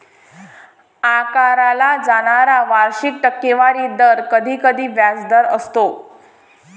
आकारला जाणारा वार्षिक टक्केवारी दर कधीकधी व्याजदर असतो